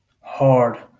hard